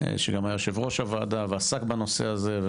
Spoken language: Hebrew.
שגם היה יו"ר הוועדה ועסק בנושא הזה,